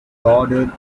bordered